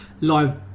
live